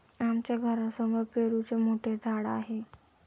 आमच्या घरासमोर पेरूचे मोठे झाड आहे